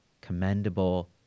commendable